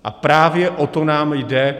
A právě o to nám jde.